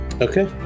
Okay